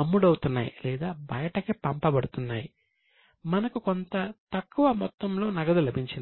అమ్ముడవుతున్నాయి లేదా బయటకి పంపబడుతున్నాయి మనకు కొంత తక్కువ మొత్తంలో నగదు లభించింది